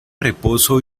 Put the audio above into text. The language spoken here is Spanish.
reposo